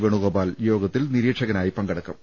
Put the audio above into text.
വേണുഗോപാൽ യോഗത്തിൽ നിരീക്ഷകനായി പങ്കെടുക്കും